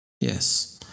Yes